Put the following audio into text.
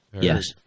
Yes